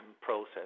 process